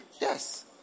Yes